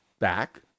back